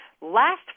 last